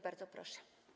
Bardzo proszę.